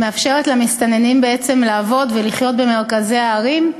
מאפשרת למסתננים לעבוד ולחיות במרכזי הערים,